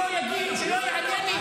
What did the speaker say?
שלא יענה לי,